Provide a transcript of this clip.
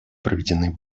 проведены